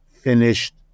finished